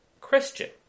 Christian